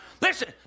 Listen